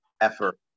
effort